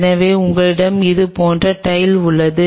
எனவே உங்களிடம் இது போன்ற டைல் உள்ளது